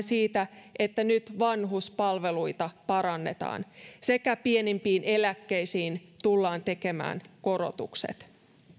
siitä että nyt vanhuspalveluita parannetaan sekä pienimpiin eläkkeisiin tullaan tekemään korotukset